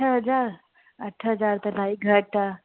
अठ हज़ार अठ हज़ार त भाई घटि आहे